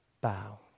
bow